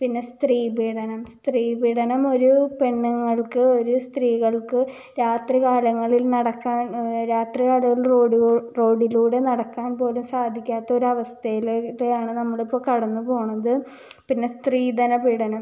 പിന്നെ സ്ത്രീപീഡനം സ്ത്രീപീഡനം ഒരു പെണ്ണുങ്ങൾക്ക് ഒരു സ്ത്രീകൾക്ക് രാത്രി കാലങ്ങളിൽ നടക്കാൻ രാത്രി കാലം റോഡി റോഡിലൂടെ നടക്കാൻ പോലും സാധിക്കാത്തൊരു അവസ്ഥയിലേക്കാണ് നമ്മളിപ്പം കടന്ന് പോവുന്നത് പിന്നെ സ്ത്രീധന പീഡനം